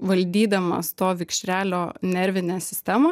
valdydamas to vikšrelio nervinę sistemą